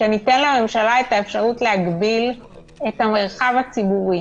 שניתן לממשלה את האפשרות להגביל את המרחב הציבורי?